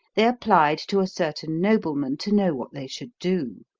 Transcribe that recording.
they applied to a certain nobleman to know what they should do.